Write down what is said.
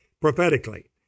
prophetically